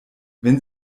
wenn